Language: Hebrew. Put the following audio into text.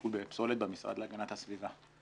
פיקוד לפסולת במשרד להגנת הסביבה.